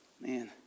man